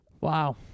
Wow